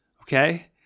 Okay